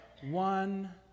one